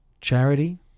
Charity